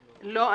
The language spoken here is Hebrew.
לא.